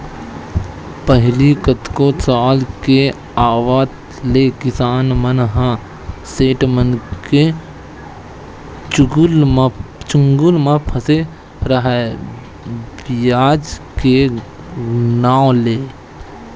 पहिली कतको साल के आवत ले किसान मन ह सेठ मनके चुगुल म फसे राहय बियाज के नांव ले